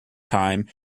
time